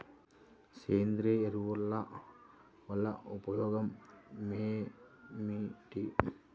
సేంద్రీయ ఎరువుల వల్ల ఉపయోగమేమిటీ?